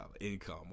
income